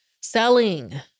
Selling